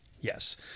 Yes